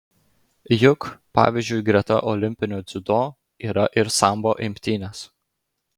juk pavyzdžiui greta olimpinio dziudo yra ir sambo imtynės